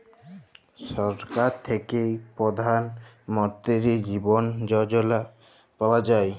ছরকার থ্যাইকে পধাল মলতিরি জীবল যজলা পাউয়া যায়